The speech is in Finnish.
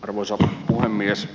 arvoisa puhemies